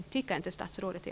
Tycker inte även statsrådet det?